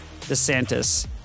DeSantis